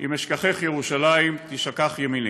אם אשכחך ירושלים תשכח ימיני.